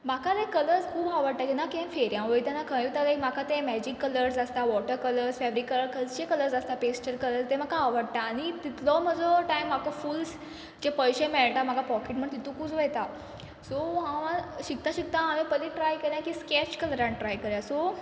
म्हाका like colours खूब आवडटा केन्ना के फेरयां वयतना खंय वयता लायक म्हाका ते मॅजीक कलर्ज आसता वॉटर कलर्ज फॅब्रीक कलर खंयचे कलर्ज आसता पेस्टल कलर ते म्हाका आवडटा आनी तितलो म्हजो टायम म्हाका फुल्स ते पयशे मेळटा म्हाका पॉकेट मनी तितुकूच वयता सो हांव आं शिकता शिकता हांवें पयलीत ट्राय केलें की स्कॅच कलरान ट्राय करया सो